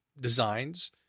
designs